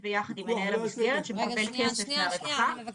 הוא עובד ביחד עם מנהל המסגרת שמקבל כסף מהרווחה.